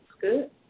Good